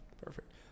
Perfect